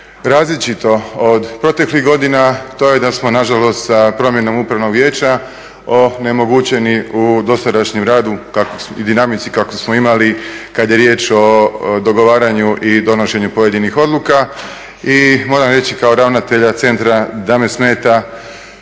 različito od proteklih godina, to je da smo nažalost sa promjenom Upravnog vijeća onemogućeni u dosadašnjem radu i dinamici kako smo imali kad je riječ o dogovaranju i donošenju pojedinih odluka. I moram reći kao ravnatelja centra da me smeta